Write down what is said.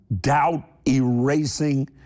doubt-erasing